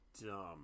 dumb